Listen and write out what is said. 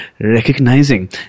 recognizing